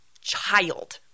child